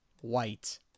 White